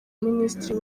minisitiri